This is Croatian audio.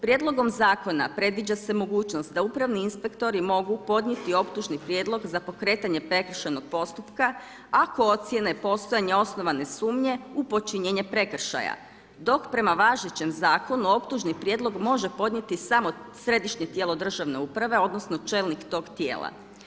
Prijedlogom zakona predviđa se mogućnost da upravni inspektori mogu podnijeti optužni prijedlog za pokretanje prekršajnog postupka ako ocijene postojanje osnovane sumnje u počinjenje prekršaja, dok prema važećem zakonu optužni prijedlog može podnijeti samo Središnje tijelo državne uprave, odnosno čelnik tog tijela.